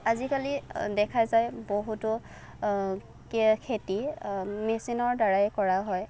আজি কালি দেখা যায় বহুতো খেতি মেচিনৰ দ্ৱাৰাই কৰা হয়